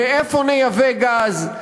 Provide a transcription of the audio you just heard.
מאיפה נייבא גז,